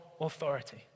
authority